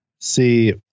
See